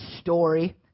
story